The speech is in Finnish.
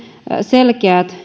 selkeät